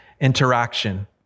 interaction